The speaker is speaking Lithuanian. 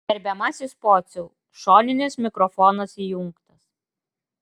gerbiamasis pociau šoninis mikrofonas įjungtas